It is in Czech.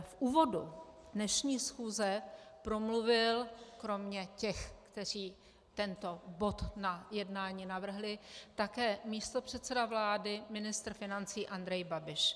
V úvodu dnešní schůze promluvil kromě těch, kteří tento bod na jednání navrhli, také místopředseda vlády ministr financí Andrej Babiš.